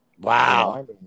Wow